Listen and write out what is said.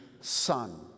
Son